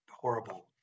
horrible